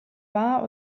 war